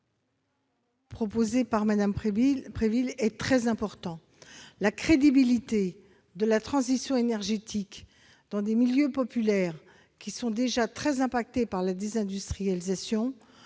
la crédibilité de la transition énergétique dans les milieux populaires, qui sont frappés de plein fouet par la désindustrialisation.